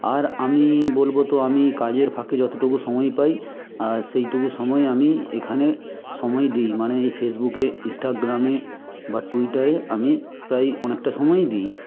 আর আমি বলবো তো আমি কাজের ফাঁকে যতটুকু সময় পাই সেইটুকু সময় আমি এখানে সময় দিই মানে এই ফেসবুকে ইন্সটাগ্রামে বা টুইটারে আমি প্রায় অনেকটা সময়ই দিই